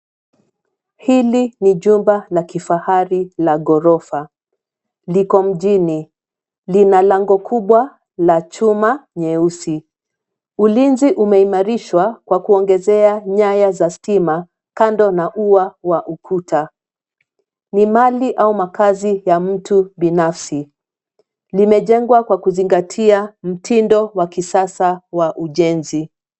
Hili ni jumba la kifahari la ghorofa, liko mjini lina lango kubwa la chuma nyeusi, ulinzi umeimarishwa kwa kuongezea nyaya za stima kando na ua wa ukuta, ni mali au makazi ya mtu binafsi. Limejengwa kwa kuzingatia mtindo wa kisasa wa ujenzi.